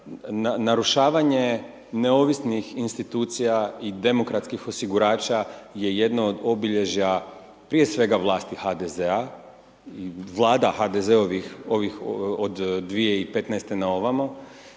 narušavanje neovisnih institucija i demokratskih osigurača je jedno od obilježja, prije svega vlasti HDZ-a, vlada HDZ-ovih ovih od 2015. na ovamo.